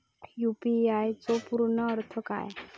UPI चो पूर्ण अर्थ काय?